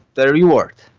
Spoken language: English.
the reward.